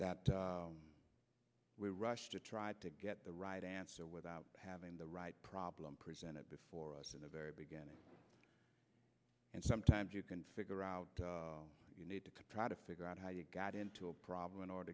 that we rushed to try to get the right answer without having the right problem presented before us in the very beginning and sometimes you can figure out you need to try to figure out how you got into a problem in order